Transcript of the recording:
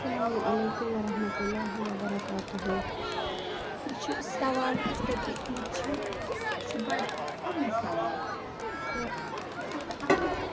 اَسَلامُ علیکُم وَرحمتُہ اللہِ و برکاتہوٗ یہِ چھِ سَوال یُس تۄہہِ پرٛژھمُت چھِ یہِ چھُ بَڑٕ اکھ اہم سَوال تہٕ اتھ اتھ